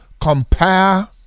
compare